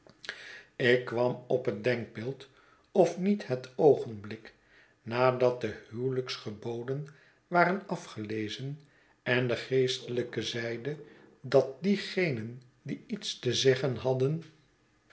ik kwam op het denkbeeld of niet het oogenblik nadat de huwelijksgeboden waren afgelezen en de geestelijke zeide dat diegenen die iets te zeggen hadden